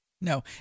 No